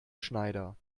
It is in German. schneider